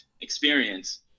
experience